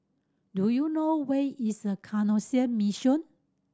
do you know where is Canossian Mission